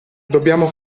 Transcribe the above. dobbiamo